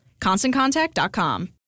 ConstantContact.com